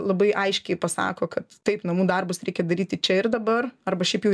labai aiškiai pasako kad taip namų darbus reikia daryti čia ir dabar arba šiaip jau